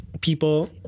people